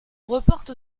reporte